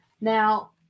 Now